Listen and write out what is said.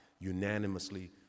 unanimously